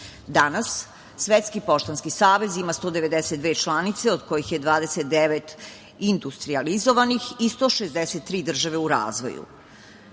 Danas Svetski poštanski savez ima 192 članice, od kojih je 29 industrijalizovanih i 163 države u razvoju.